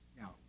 Now